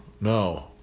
No